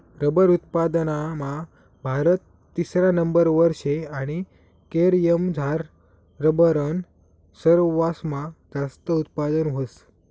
rubber उत्पादनमा भारत तिसरा नंबरवर शे आणि केरयमझार रबरनं सरवासमा जास्त उत्पादन व्हस